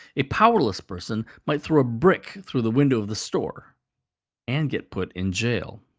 a powerless person might throw a brick through the window of the store and get put in jail.